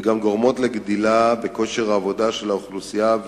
וגם גורמת לגדילה בכושר העבודה של האוכלוסייה,